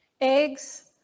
Eggs